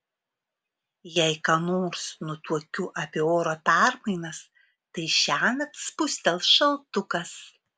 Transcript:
jei ką nors nutuokiu apie oro permainas tai šiąnakt spustels šaltukas